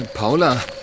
Paula